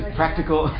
practical